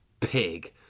pig